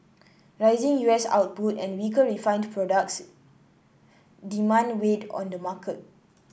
rising U S output and weaker refined products demand weighed on the market